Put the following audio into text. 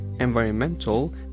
environmental